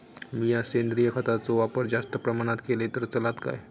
मीया सेंद्रिय खताचो वापर जास्त प्रमाणात केलय तर चलात काय?